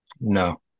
no